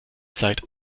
zeit